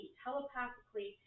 telepathically